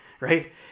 right